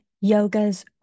yoga's